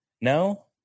No